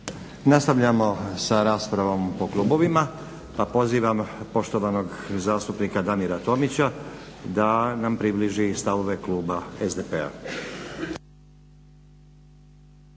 Nastavljamo sa raspravom po klubovima, pa pozivam poštovanog zastupnika Damira Tomića da nam približi stavove kluba SDP-a.